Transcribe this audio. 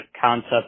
concept